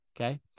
okay